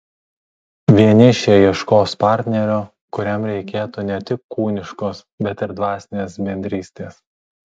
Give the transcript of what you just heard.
vienišiai ieškos partnerio kuriam reikėtų ne tik kūniškos bet ir dvasinės bendrystės